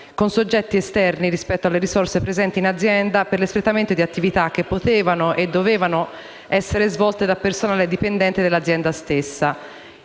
con soggetti esterni rispetto alle risorse presenti in azienda per l'espletamento di attività che potevano e dovevano essere svolte da personale dipendente dell'azienda stessa.